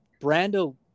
Brando